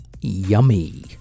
Yummy